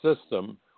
system